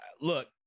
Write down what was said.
look